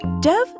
Dev